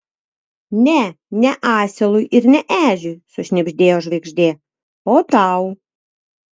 ne ne asilui ir ne ežiui sušnibždėjo žvaigždė o tau